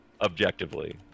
objectively